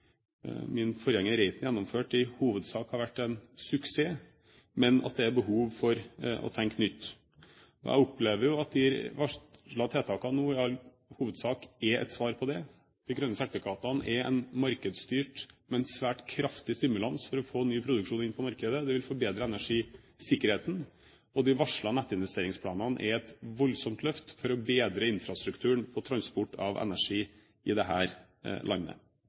min forgjenger Reiten gjennomførte, i hovedsak har vært en suksess, men at det er behov for å tenke nytt. Jeg opplever at de varslede tiltakene nå i all hovedsak er et svar på det. De grønne sertifikatene er en markedsstyrt, men svært kraftig stimulans for å få ny produksjon inn på markedet. Det vil forbedre energisikkerheten, og de varslede nettinvesteringsplanene er et voldsomt løft for å bedre infrastrukturen på transport av energi i dette landet.